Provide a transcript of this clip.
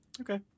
Okay